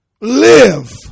live